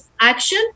action